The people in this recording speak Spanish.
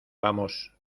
vamos